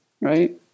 right